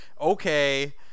Okay